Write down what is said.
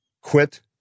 quit